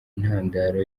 intandaro